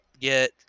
get